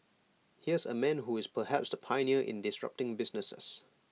here's A man who is perhaps the pioneer in disrupting businesses